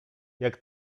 jak